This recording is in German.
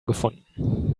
gefunden